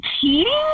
Cheating